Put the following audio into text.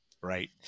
Right